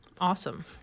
Awesome